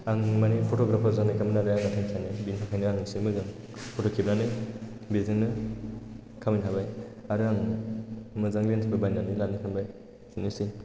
आं माने फट'ग्राफार जानोखामोन आरो आंनि थांखियानो बेनि थाखायनो आं एसे मोजां फट' खेबनानै बेजोंनो खामायनो हाबाय आरो आं मोजां लेन्स बो बायनानै लानो हाबाय बेनोसै